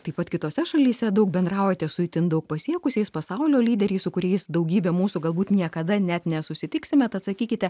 taip pat kitose šalyse daug bendraujate su itin daug pasiekusiais pasaulio lyderiais su kuriais daugybė mūsų galbūt niekada net nesusitiksime tad sakykite